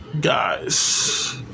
guys